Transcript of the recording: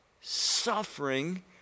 suffering